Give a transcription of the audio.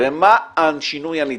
ומה השינוי הנדרש.